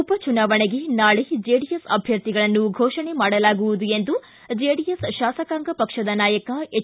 ಉಪ ಚುನಾವಣೆಗೆ ನಾಳೆ ಜೆಡಿಎಸ್ ಅಭ್ಯರ್ಥಿಗಳನ್ನು ಘೋಷಣೆ ಮಾಡಲಾಗುವುದು ಎಂದು ಜೆಡಿಎಸ್ ಶಾಸಕಾಂಗ ಪಕ್ಷದ ನಾಯಕ ಎಚ್